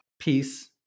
peace